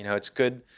you know it's good.